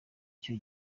cyo